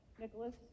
Nicholas